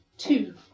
Two